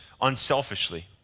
unselfishly